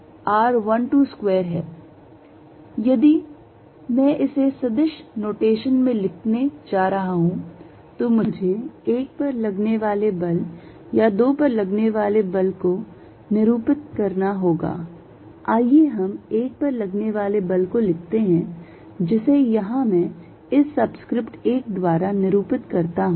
अब यदि मैं मैं इसे सदिश नोटेशन में लिखने जा रहा हूं तो मुझे 1 पर लगने वाले बल या 2 पर लगने वाले बल को निरूपित करना होगा आइए हम 1 पर लगने वाले बल को लिखते हैं जिसे यहां मैं इस सबस्क्रिप्ट 1 द्वारा निरूपित करता हूं